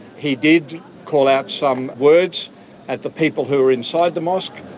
he did call out some words at the people who were inside the mosque.